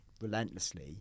relentlessly